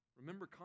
Remember